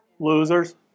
losers